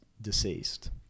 deceased